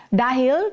dahil